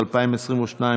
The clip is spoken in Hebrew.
התשפ"ב 2022,